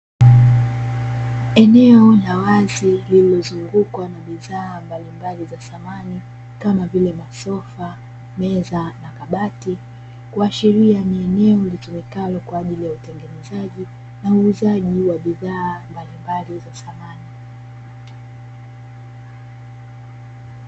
Eneo la wazi lililozungukwa na bidhaa mbalimbali za samani kama vile masofa, meza na kabati . Kuashiria ni eneo litumikalo kwa ajili ya utengenezaji na uuzaji wa bidhaa mbalimbali za samani.